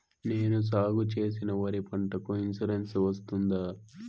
నేను సాగు చేసిన వరి పంటకు ఇన్సూరెన్సు వస్తుందా?